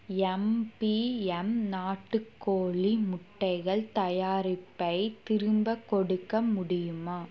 MBM நாட்டுக் கோழி முட்டைகள் தயாரிப்பை திரும்பக் கொடுக்க முடியுமா